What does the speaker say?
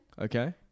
Okay